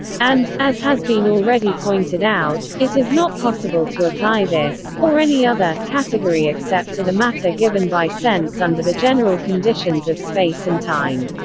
and, as has been already pointed out, it is not possible to apply this, or any other, category except to the matter given by sense under the general conditions of space and time.